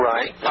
Right